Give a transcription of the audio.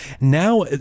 Now